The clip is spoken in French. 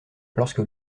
lorsque